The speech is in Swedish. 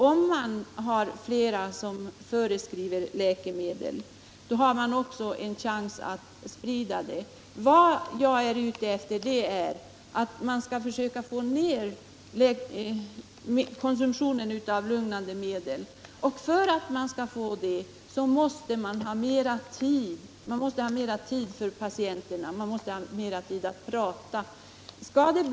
Om flera förskriver läkemedel, finns det också större risk för spridning, och det vill många undvika. Jag menar att vi bör försöka få ned konsumtionen av lugnande medel, och för att vi skall lyckas måste mera tid ägnas åt patienterna. Man måste ha mer tid att tala med dem.